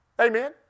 Amen